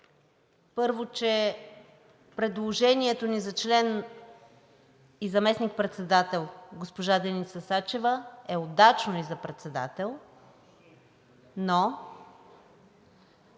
първо, че предложението ни за член и заместник-председател – госпожа Деница Сачева, е удачно и за председател, но